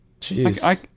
Jeez